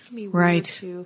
Right